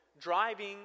driving